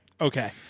Okay